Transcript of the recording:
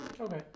Okay